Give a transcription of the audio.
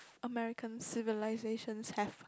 American civilization have